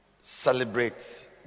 celebrate